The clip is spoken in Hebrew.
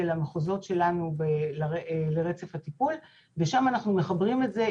למחוזות שלנו לרצף הטיפול ושם אנחנו מחברים את זה.